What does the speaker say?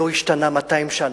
שלא השתנה 200 שנה,